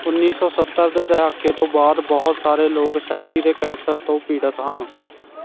ਉੱਨੀ ਸੌ ਸੱਤਰ ਦੇ ਦਹਾਕੇ ਤੋਂ ਬਾਅਦ ਬਹੁਤ ਸਾਰੇ ਲੋਕ ਛਾਤੀ ਦੇ ਕੈਂਸਰ ਤੋਂ ਪੀੜਤ ਹਨ